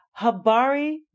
Habari